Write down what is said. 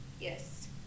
yes